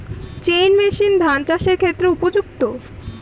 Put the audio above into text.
Chain machine ধান চাষের ক্ষেত্রে উপযুক্ত?